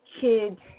kids